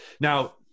Now